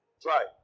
Try